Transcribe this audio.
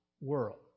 world